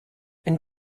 ein